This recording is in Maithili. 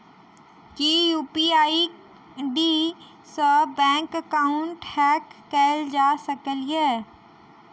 की यु.पी.आई आई.डी सऽ बैंक एकाउंट हैक कैल जा सकलिये?